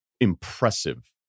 impressive